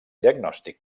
diagnòstic